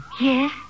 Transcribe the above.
Yes